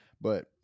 But-